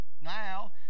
now